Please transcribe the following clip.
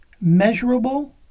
measurable